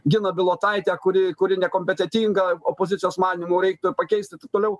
gina bilotaitę kuri kuri nekompetentinga opozicijos manymu reiktų pakeisti taip toliau